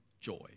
joy